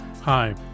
Hi